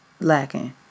lacking